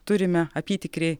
turime apytikriai